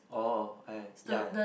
oh ya